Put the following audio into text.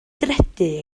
gredu